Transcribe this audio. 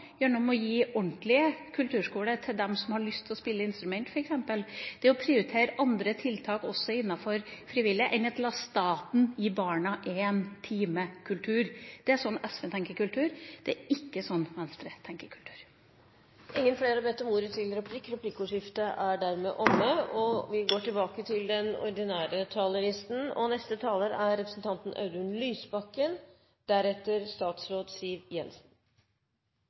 gjennom å gi ordentlig kulturskole til dem som har lyst til å spille instrumenter, og gjennom å prioritere andre tiltak, også innenfor frivillighet – enn å la staten gi barna én time kultur. Det er sånn SV tenker kultur. Det er ikke sånn Venstre tenker kultur. Replikkordskiftet er omme. Hvor du står i politikken, avhenger av hvem du lytter til. De endringene som er gjort i 2014-budsjettet, understreker tydelig hvem det er